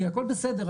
כי הכל בסדר,